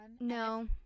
No